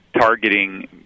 targeting